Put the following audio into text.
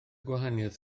gwahaniaeth